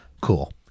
cool